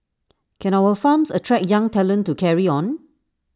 can our farms attract young talent to carry on